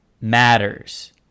matters